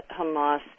Hamas